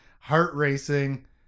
heart-racing